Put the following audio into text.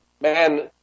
man